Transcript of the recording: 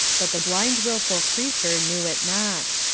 but the blind wilful creature knew it not.